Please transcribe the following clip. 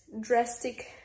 drastic